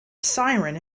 siren